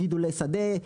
גידולי שדה,